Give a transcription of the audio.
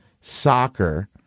soccer